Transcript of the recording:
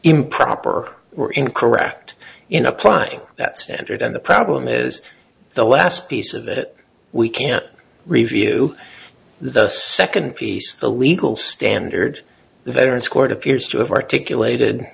improper or incorrect in applying that standard and the problem is the last piece of it we can review the second piece the legal standard the veterans court appears to have articulated